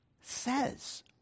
says